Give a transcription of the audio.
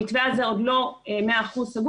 המתווה הזה עוד לא סגור במאה אחוז,